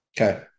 Okay